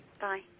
Bye